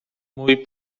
mój